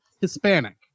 Hispanic